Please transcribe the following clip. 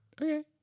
Okay